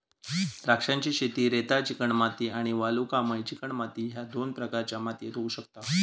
द्राक्षांची शेती रेताळ चिकणमाती आणि वालुकामय चिकणमाती ह्य दोन प्रकारच्या मातीयेत होऊ शकता